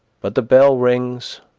but the bell rings,